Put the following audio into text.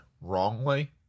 wrongly